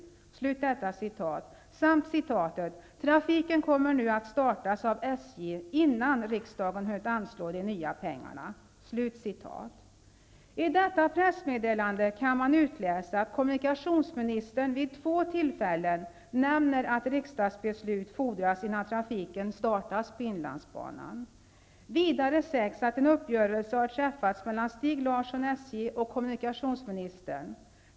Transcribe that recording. Vidare sägs följande: ''Trafiken kommer nu att startas av SJ redan innan riksdagen hunnit anslå de nya pengarna.'' Av detta pressmeddelande kan man utläsa att kommunikationsministern vid två tillfällen nämner att riksdagsbeslut fordras innan trafiken startas på inlandsbanan. Vidare sägs det att en uppgörelse har träffats mellan Stig Larsson, SJ, och kommunikationsministern.